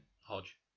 Hodge